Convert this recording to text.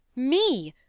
me!